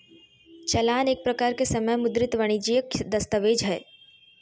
चालान एक प्रकार के समय मुद्रित वाणिजियक दस्तावेज हय